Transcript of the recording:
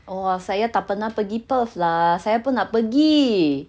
!wah! saya tak pernah pergi perth lah saya pun nak pergi